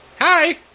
Hi